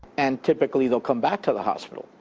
and typically they'll come back to the hospital,